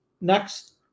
Next